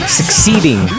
succeeding